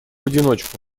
одиночку